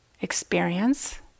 experience